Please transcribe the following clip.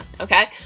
okay